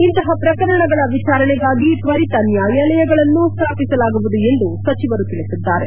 ಇಂಥ ಪ್ರಕರಣಗಳ ವಿಚಾರಣೆಗಾಗಿ ತ್ವರಿತ ನ್ನಾಯಾಲಯಗಳನ್ನು ಸ್ಲಾಪಿಸಲಾಗುವುದು ಎಂದು ಸಚಿವರು ತಿಳಿಸಿದ್ದಾರೆ